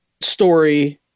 story